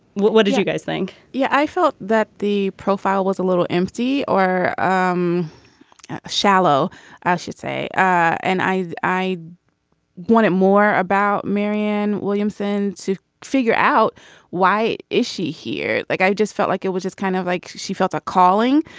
what what did you guys think. yeah i felt that the profile was a little empty or um shallow shallow as you say and i i wanted more about marianne williamson to figure out why is she here. like i just felt like it was just kind of like she felt a calling.